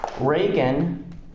Reagan